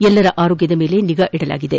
ಎಲ್ಲರ ಆರೋಗ್ಯದ ಮೇಲೆ ನಿಗಾ ವಹಿಸಲಾಗಿದೆ